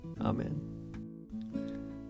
Amen